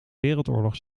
wereldoorlog